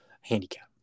handicap